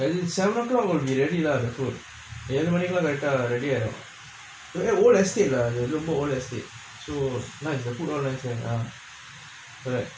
and seven O clock will be ready lah the food ஏழு மணிக்கெல்லா:ezhu manikellaa correct டா:taa ready ஆயிடும்:aayidum whole estate lah whole estate so nice lah the food all nice